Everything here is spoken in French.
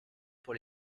pour